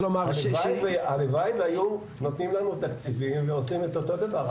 הלוואי שהיו נותנים לנו תקציבים ועושים את אותו דבר,